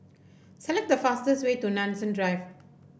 select the fastest way to Nanson Drive